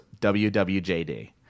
WWJD